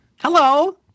Hello